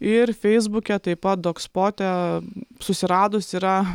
ir feisbuke taip pat dogspote susiradus yra